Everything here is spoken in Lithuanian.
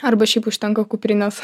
arba šiaip užtenka kuprinės